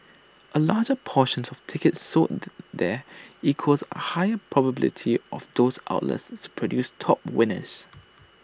A larger portion tickets sold there equals are higher probability of those outlets to produce top winners